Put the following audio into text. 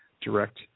direct